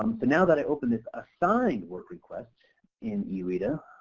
um but now that i opened this assigned work request in ereta